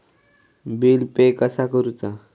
Bill pay कसा करुचा?